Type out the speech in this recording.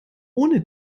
ohne